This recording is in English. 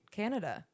canada